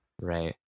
Right